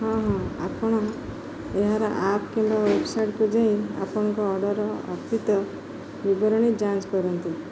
ହଁ ହଁ ଆପଣ ଏହାର ଆପ୍ କିମ୍ବା ୱେବସାଇଟ୍କୁ ଯାଇ ଆପଣଙ୍କ ଅର୍ଡ଼ରର ଅତୀତ ବିବରଣୀ ଯାଞ୍ଚ କରନ୍ତୁ